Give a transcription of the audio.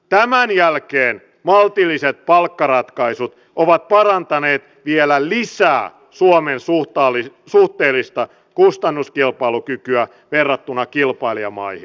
tämän jälkeen maltilliset palkkaratkaisut ovat parantaneet vielä lisää suomen suhteellista kustannuskilpailukykyä verrattuna kilpailijamaihin